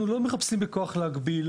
אנחנו לא מחפשים בכוח להגביל.